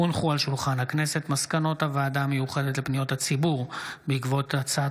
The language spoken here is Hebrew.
מאת חבר הכנסת אליהו רביבו, הצעת